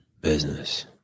Business